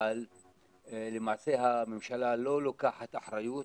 אבל למעשה הממשלה לא לוקחת אחריות